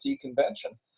convention